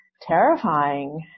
terrifying